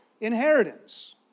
inheritance